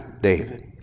David